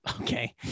Okay